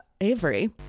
Avery